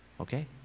Okay